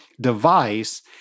device